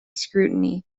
scrutiny